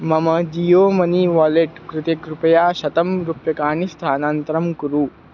मम Jio money wallet कृते कृपया शतं रूप्यकाणि स्थानान्तरं कुरु